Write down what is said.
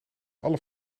alle